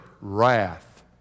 wrath